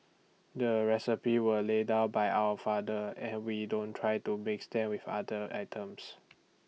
the recipes were laid down by our father and we don't try to mix them with other items